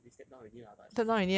I mean they step down already lah but